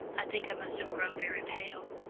i think i must have grown very pale.